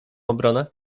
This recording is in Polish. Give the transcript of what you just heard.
obronę